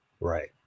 Right